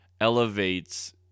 elevates